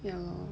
ya lor